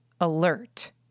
Alert